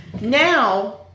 Now